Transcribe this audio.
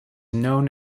known